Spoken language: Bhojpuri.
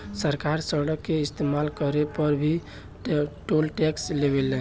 सरकार सड़क के इस्तमाल करे पर भी टोल टैक्स लेवे ले